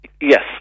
Yes